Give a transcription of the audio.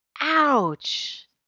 Ouch